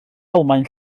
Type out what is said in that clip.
almaen